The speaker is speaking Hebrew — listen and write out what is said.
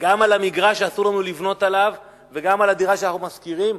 גם על המגרש שאסור לנו לבנות עליו וגם על הדירה שאנחנו שוכרים?